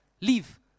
Leave